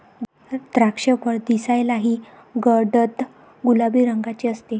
द्राक्षफळ दिसायलाही गडद गुलाबी रंगाचे असते